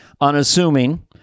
unassuming